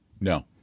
no